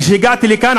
כשהגעתי לכאן,